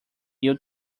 ill